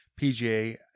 PGA